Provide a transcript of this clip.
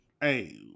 Hey